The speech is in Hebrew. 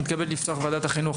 אני מתכבד לפתוח את ועדת החינוך,